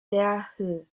der